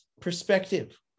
perspective